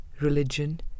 religion